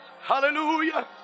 Hallelujah